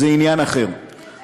זה עניין אחר,